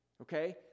Okay